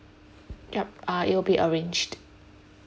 yup uh it will be arranged